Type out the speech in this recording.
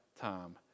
time